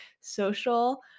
social